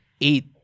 eight